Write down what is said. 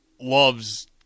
loves